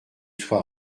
soit